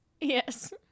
Yes